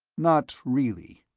not really.